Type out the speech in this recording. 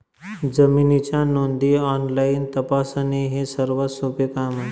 जमिनीच्या नोंदी ऑनलाईन तपासणे हे सर्वात सोपे काम आहे